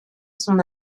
son